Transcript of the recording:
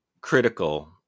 critical